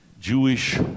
Jewish